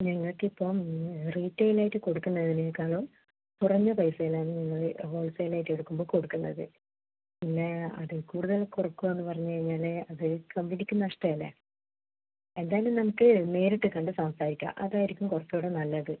ഞങ്ങൾക്കിപ്പം റീട്ടെയിലായിട്ട് കൊടുക്കുന്നതിനേക്കാളും കുറഞ്ഞ പൈസയിലാണ് നിങ്ങൾ ഹോൾസെയിലായിട്ടെടുക്കുമ്പോൾ കൊടുക്കുന്നത് പിന്നെ അതിൽകൂടുതൽ കുറയ്ക്കുകയെന്ന് പറഞ്ഞുകഴിഞ്ഞാൽ അത് കമ്പനിക്ക് നഷ്ടമല്ലേ എന്തായാലും നമുക്ക് നേരിട്ട് കണ്ട് സംസാരിക്കാം അതായിരിക്കും കുറച്ചുകൂടെ നല്ലത്